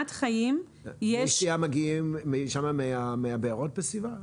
מי השתייה שם מגיעים מהבארות בסביבה?